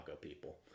people